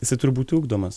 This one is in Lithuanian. jisai turi būti ugdomas